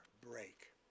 break